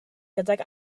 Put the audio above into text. gydag